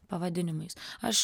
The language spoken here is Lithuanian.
pavadinimais aš